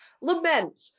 Lament